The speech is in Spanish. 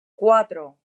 cuatro